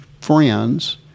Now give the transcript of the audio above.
friends